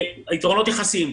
יתרונות יחסיים,